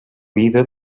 vida